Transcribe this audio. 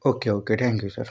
okay okay thank you sir